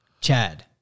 Chad